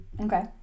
Okay